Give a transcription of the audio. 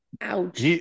Ouch